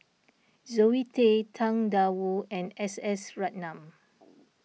Zoe Tay Tang Da Wu and S S Ratnam